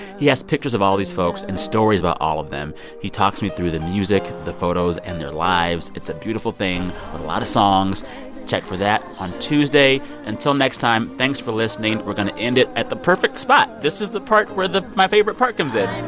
he has pictures of all these folks and stories about all of them. he talks me through the music, the photos and their lives. it's a beautiful thing with a lot of songs check for that on tuesday. until next time, thanks for listening. we're going to end it at the perfect spot. this is the part where my favorite part comes in